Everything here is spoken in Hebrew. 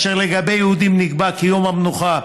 כאשר לגבי יהודים נקבע כי יום המנוחה